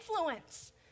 influence